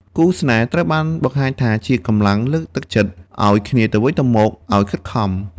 គូស្នេហ៍ ត្រូវបានបង្ហាញថាជាកម្លាំងលើកទឹកចិត្តឱ្យគ្នាទៅវិញទៅមកឱ្យខិតខំ។